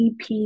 EP